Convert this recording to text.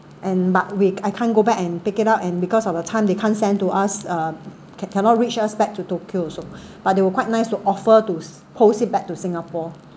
and but we I can't go back and pick it up and because of the time they can't send to us uh can cannot reach us back to tokyo also but they were quite nice to offer to posts it back to singapore